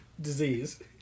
disease